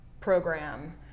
program